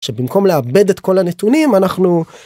עכשיו, במקום לעבד את כל הנתונים אנחנו.